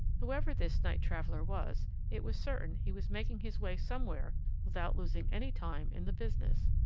whoever this night-traveller was, it was certain he was making his way somewhere without losing any time in the business.